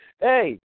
Hey